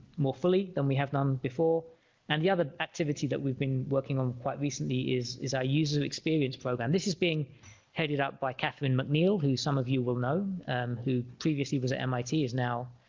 more fully than we have done before and the other activity that we've been working on quite recently is is our use of experience program this is being headed up by katherine mcneil who some of you will know who previously was at mit is now